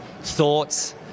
thoughts